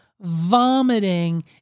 vomiting